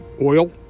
oil